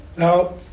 Now